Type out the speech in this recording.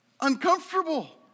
uncomfortable